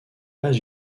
pas